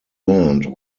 land